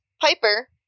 piper